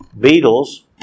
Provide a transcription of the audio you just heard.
Beetles